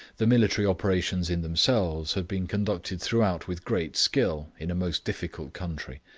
the military operations in themselves had been conducted throughout with great skill in a most difficult country,